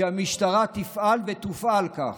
שהמשטרה תפעל ותופעל כך.